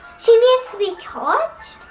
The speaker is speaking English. she needs to be charged?